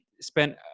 spent